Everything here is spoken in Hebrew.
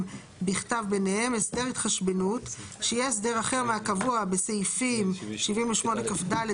בכתב ביניהם הסדר התחשבנות שיהיה הסדר אחר מהקבוע בסעיפים 78כד,